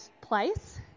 place